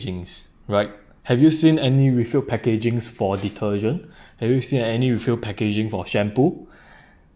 packaging right have you seen any refill packaging for detergent have you seen any refill packaging for shampoo